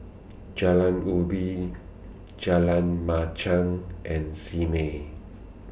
Jalan Ubi Jalan Machang and Simei